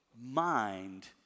mind